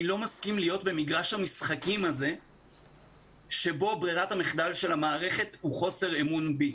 אני לא מסכים להיות במגרש המשחקים שבו ברירת המחדל היא חוסר אימון בי.